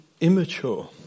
immature